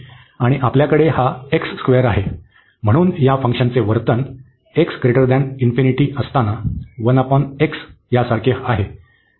आणि आपल्याकडे हा आहे म्हणून या फंक्शनचे वर्तन x असताना सारखे आहे